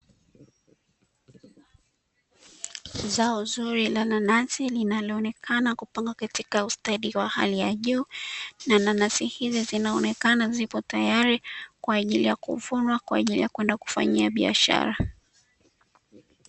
Zao zuri la nanasi, linaloonekana kupangwa katika ustadi wa hali ya juu, na nanasi hizo zinaonekana zipo tayari kwa kuvunwa kwa ajili ya kwenda kufanyia biashara.